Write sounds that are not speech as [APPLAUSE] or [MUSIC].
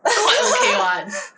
[LAUGHS]